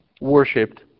worshipped